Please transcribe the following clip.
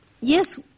Yes